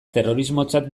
terrorismotzat